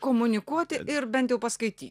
komunikuoti ir bent jau paskaityt